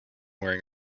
wearing